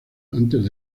antes